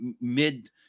mid